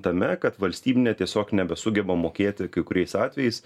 tame kad valstybinė tiesiog nebesugeba mokėti kai kuriais atvejais